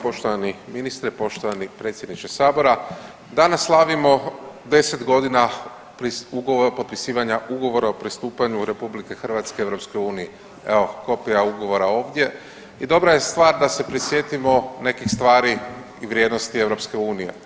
Poštovani ministre, poštovani predsjedniče sabora, danas slavimo 10 godina potpisivanja ugovora o pristupanju RH EU, evo kopija ugovora ovdje i dobra je stvar da se prisjetimo nekih stvari i vrijednosti EU.